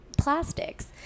plastics